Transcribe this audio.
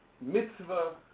mitzvah